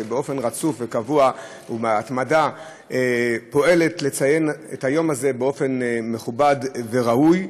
שבאופן רצוף וקבוע ובהתמדה פועלת לציין את היום הזה באופן מכובד וראוי.